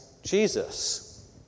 Jesus